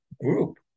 group